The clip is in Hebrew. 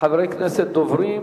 חברי כנסת דוברים.